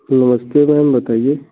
नमस्ते मैम बताइए